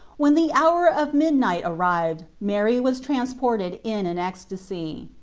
when the hour of midnight arrived mary was trans ported in an ecstasy.